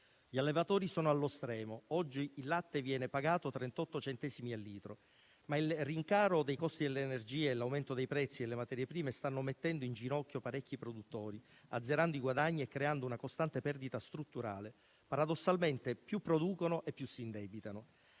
Gli allevatori sono allo stremo. Oggi il latte viene pagato 38 centesimi al litro, ma il rincaro dei costi dell'energia e l'aumento dei prezzi delle materie prime stanno mettendo in ginocchio parecchi produttori, azzerando i guadagni e creando una costante perdita strutturale. Paradossalmente più producono e più si indebitano.